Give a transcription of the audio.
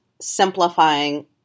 simplifying